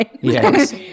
Yes